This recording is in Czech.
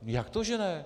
Jak to že ne?